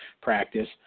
practice